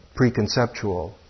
preconceptual